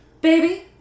Baby